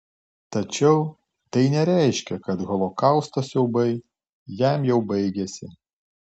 tačiau tai nereiškė kad holokausto siaubai jam jau baigėsi